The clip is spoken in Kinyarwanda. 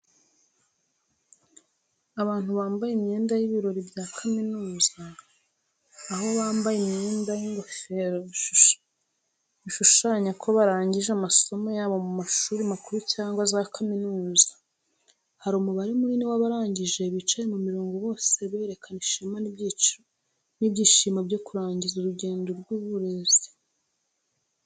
Abantu bambaye imyenda y'ibirori bya kaminuza, aho bambaye imyenda n’ingofero bishushanya ko barangije amasomo yabo mu mashuri makuru cyangwa za kaminuza. Hari umubare munini w’abarangije bicaye mu mirongo bose berekana ishema n'ibyishimo byo kurangiza urugendo rw’uburezi.